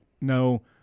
no